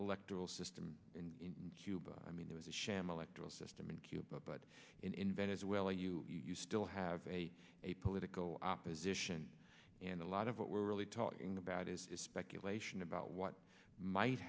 electoral system in cuba i mean there was a sham electoral system in cuba but in venezuela you you still have a a political opposition and a lot of what we're really talking about is speculation about what might